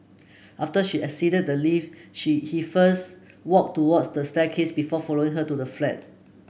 after she exited the lift she he first walked towards the staircase before following her to the flat